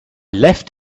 left